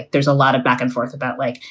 there's a lot of back and forth about like,